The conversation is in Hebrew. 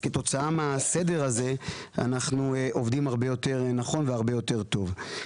אז כתוצאה מהסדר הזה אנחנו עובדים הרבה יותר נכון והרבה יותר טוב.